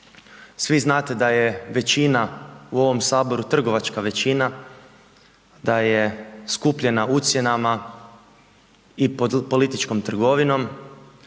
Svi znate da je većina u ovom Saboru trgovačka većina, da je skupljena ucjenama i političkom trgovinom